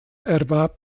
erwarb